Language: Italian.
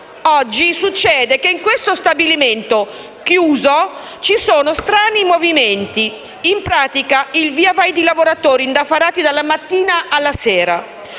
Oggi succede che in questo stabilimento, chiuso, ci siano strani movimenti: in pratica un via vai di lavoratori indaffarati dalla mattina alla sera.